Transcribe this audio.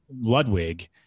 Ludwig